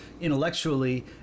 intellectually